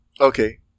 Okay